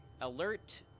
Alert